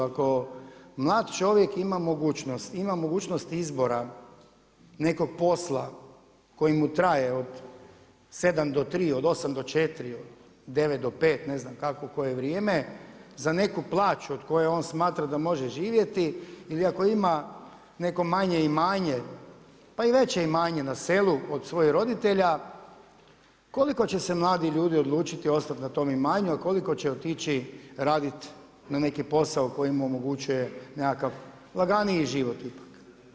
Ako mlad čovjek ima mogućnost izbora nekog posla koji mu traje od 7 do 3, od 8 do 4, od 9 do 5, ne znam kako koje vrijeme, za neku plaću o d koje on smatra da može živjeti ili ako ima neko manje imanje, pa i veće imanje na selu od svojih roditelja, koliko će mladi ljudi ostati na tome imanju a koliko će otići raditi na neki posao koji mu omogućuje nekakav laganiji život ipak?